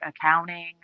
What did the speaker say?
accounting